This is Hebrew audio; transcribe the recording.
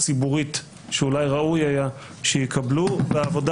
כי זאת לא סיטואציה נכונה שמפכ"ל מגיע ומדבר נגד המדינה.